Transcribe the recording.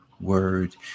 word